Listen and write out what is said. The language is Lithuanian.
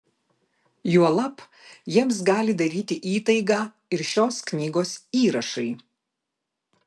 juolab jiems gali daryti įtaigą ir šios knygos įrašai